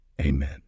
amen